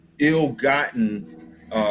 ill-gotten